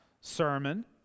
sermon